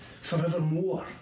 forevermore